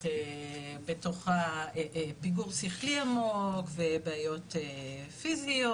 בתוכה פיגור שכלי עמוק ובעיות פיזיות,